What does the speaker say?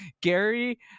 gary